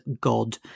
God